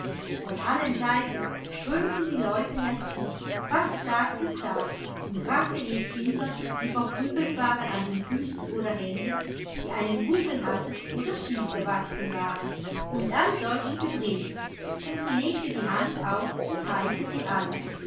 von allen seiten strömten die leute herzu fast tag für tag und brachten ihr kinder die verkrüppelt waren an den füßen oder händen die einen buckel hatten oder schief gewachsen waren und all solche gebresten und sie legte die hand auf und heilte sie alle